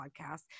podcast